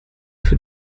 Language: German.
für